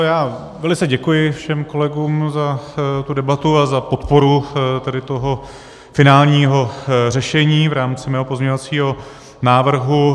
Já velice děkuji všem kolegům za tu debatu a za podporu toho finálního řešení v rámci mého pozměňovacího návrhu.